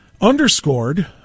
underscored